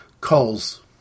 calls